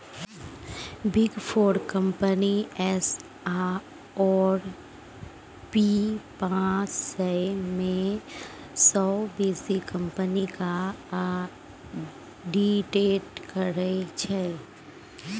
big four company S आओर P पाँच सय मे सँ बेसी कंपनीक आडिट करै छै